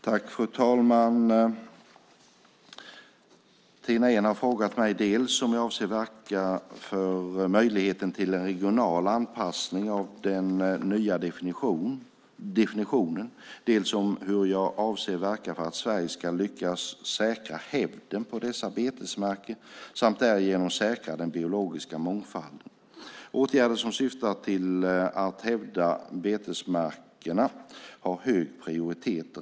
Fru talman! Tina Ehn har frågat mig dels om jag avser att verka för möjligheten till en regional anpassning av den nya definitionen, dels hur jag avser att verka för att Sverige ska lyckas säkra hävden på dessa betesmarker samt därigenom säkra den biologiska mångfalden. Åtgärder som syftar till att hävda betesmarkerna har hög prioritet.